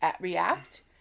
react